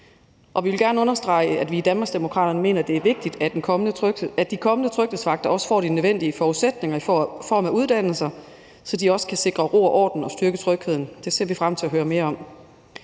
og vi vil gerne understrege, at vi i Danmarksdemokraterne mener, det er vigtigt, at de kommende tryghedsvagter får de nødvendige forudsætninger i form af uddannelse, så de også kan sikre ro og orden og styrke trygheden. Det ser vi frem til at høre mere om.